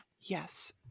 Yes